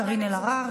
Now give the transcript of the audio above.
קארין אלהרר,